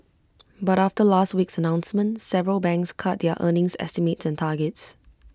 but after last week's announcement several banks cut their earnings estimates and targets